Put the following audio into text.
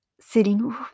sitting